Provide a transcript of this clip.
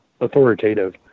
authoritative